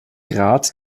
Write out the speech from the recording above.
grad